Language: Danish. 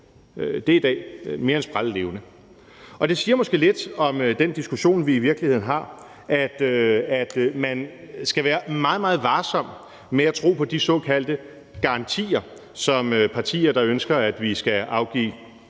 dag er mere end sprællevende. Det siger måske i virkeligheden lidt om den diskussion, vi har, nemlig at man skal være meget, meget varsom med at tro på de såkaldte garantier, som partier, der ønsker, at vi skal afgive